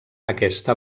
aquesta